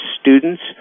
students